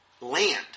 land